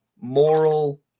Moral